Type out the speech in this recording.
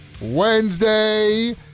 Wednesday